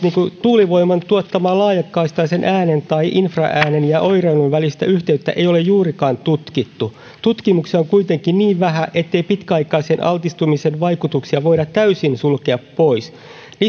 tuulivoiman tuottaman laajakaistaisen äänen tai infraäänen ja oireilun välistä yhteyttä ei ole juurikaan tutkittu tutkimuksia on kuitenkin niin vähän ettei pitkäaikaisen altistumisen vaikutuksia voida täysin sulkea pois